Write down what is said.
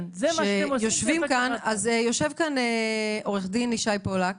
יושב כאן עוה"ד ישי פולק,